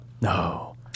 No